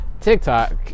TikTok